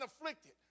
afflicted